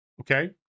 Okay